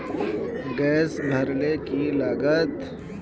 Gas भरले की लागत?